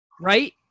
right